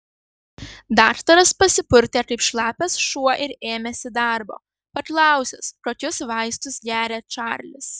daktaras pasipurtė kaip šlapias šuo ir ėmėsi darbo paklausęs kokius vaistus geria čarlis